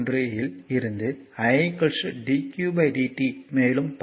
1 இல் இருந்து Idqdt மேலும் பல